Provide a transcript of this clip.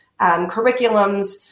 curriculums